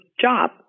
job